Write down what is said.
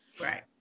Right